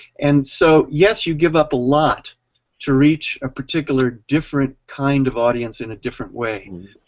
and so yes you give up a lot to reach a particular, different kind of audience in a different way.